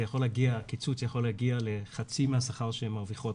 הקיצוץ יכול להגיע לחצי מהשכר שהן מרוויחות,